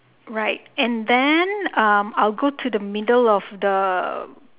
right and then um I will go to the middle of the